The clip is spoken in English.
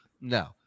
No